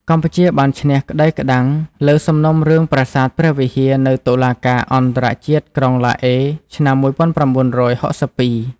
កម្ពុជាបានឈ្នះក្តីក្តាំងលើសំណុំរឿងប្រាសាទព្រះវិហារនៅតុលាការអន្តរជាតិក្រុងឡាអេឆ្នាំ ១៩៦២។